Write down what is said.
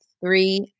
three